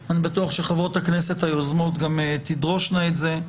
אני בטוח שחברות הכנסת היוזמות תדרושנה את זה.